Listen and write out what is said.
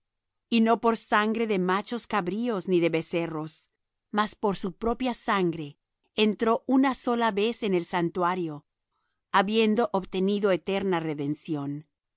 y no por sangre de machos cabríos ni de becerros mas por su propia sangre entró una sola vez en el santuario habiendo obtenido eterna redención